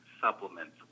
supplements